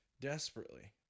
Desperately